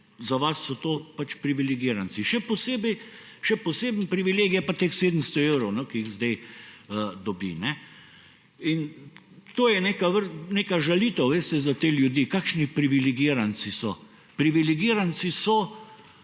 Za vas so to pač privilegiranci. Še poseben privilegij je pa teh 700 evrov, ki jih zdaj dobi. To je neka žalitev za te ljudi. Kakšni privilegiranci so? Privilegiranci so